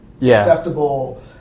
acceptable